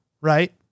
right